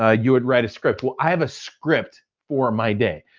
ah you would write a script. well i have a script for my day.